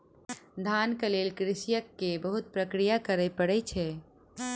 धानक लेल कृषक के बहुत प्रक्रिया करय पड़ै छै